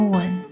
one